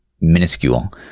minuscule